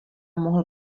mohl